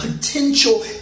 Potential